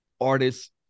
artists